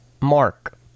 Mark